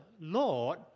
Lord